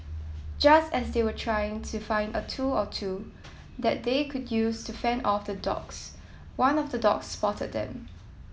just as they were trying to find a tool or two that they could use to fend off the dogs one of the dogs spotted them